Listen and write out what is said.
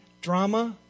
drama